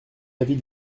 l’avis